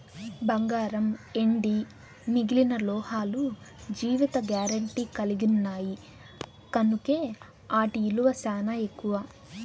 బంగారం, ఎండి మిగిలిన లోహాలు జీవిత గారెంటీ కలిగిన్నాయి కనుకే ఆటి ఇలువ సానా ఎక్కువ